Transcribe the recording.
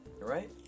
right